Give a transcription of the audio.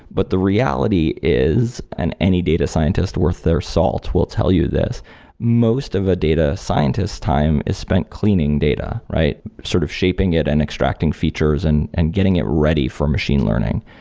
but the reality is and any data scientist worth their salt will tell you this most of a data scientist time is spent cleaning data, right? sort of shaping it and extracting features and and getting it ready for machine learning.